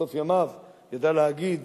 בסוף ימיו ידע להגיד